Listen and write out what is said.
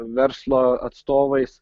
verslo atstovais